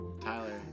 Tyler